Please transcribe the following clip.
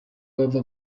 bava